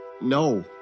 No